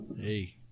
hey